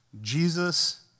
Jesus